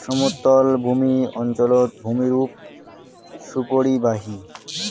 সমতলভূমি অঞ্চলত ভূমিরূপ সুপরিবাহী